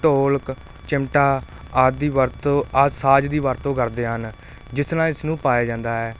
ਢੋਲਕ ਚਿਮਟਾ ਆਦਿ ਵਰਤੋਂ ਆਹ ਸਾਜ਼ ਦੀ ਵਰਤੋਂ ਕਰਦੇ ਹਨ ਜਿਸ ਨਾਲ ਇਸ ਨੂੰ ਪਾਇਆ ਜਾਂਦਾ ਹੈ